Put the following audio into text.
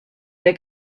der